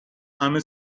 همه